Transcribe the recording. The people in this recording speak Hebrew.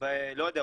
אני לא יודע,